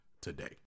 today